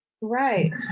Right